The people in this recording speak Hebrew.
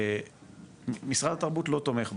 מתקנת המוזיאונים במשרד התרבות.